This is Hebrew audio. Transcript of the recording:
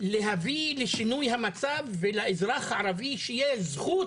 להביא לשינוי המצב ושלאזרח הערבי תהיה זכות